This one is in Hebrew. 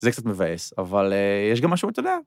זה קצת מבאס, אבל יש גם משהו אתה יודע.